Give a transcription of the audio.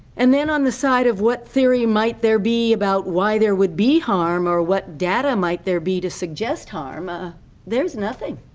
and then on the side of what theory might there be about why there would be harm or what data might there be to suggest harm, ah there is nothing.